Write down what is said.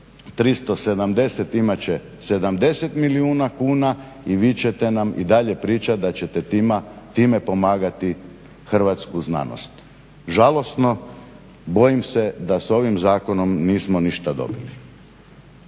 370 imat će 70 milijuna kuna i vi ćete nam i dalje pričati da ćete time pomagati hrvatsku znanost. Žalosno, bojim se da s ovim zakonom nismo ništa dobili.